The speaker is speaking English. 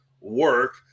work